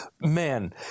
Man